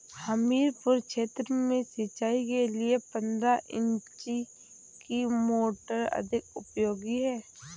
हमीरपुर क्षेत्र में सिंचाई के लिए पंद्रह इंची की मोटर अधिक उपयोगी है?